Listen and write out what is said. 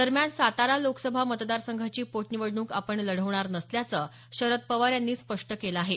दरम्यान सातारा लोकसभा मतदार संघाची पोटनिवडणूक आपण लढवणार नसल्याचं शरद पवार यांनी स्पष्ट केलं आहे